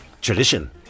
tradition